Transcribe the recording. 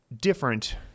different